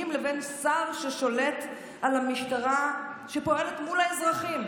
לבין שר ששולט על המשטרה שפועלת מול האזרחים.